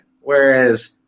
whereas